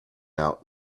out